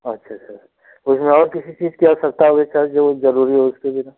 अच्छा अच्छा और किसी चीज की आवश्यकता होगी सर जो जरूरी है उसके लिए